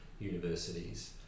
universities